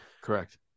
correct